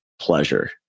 pleasure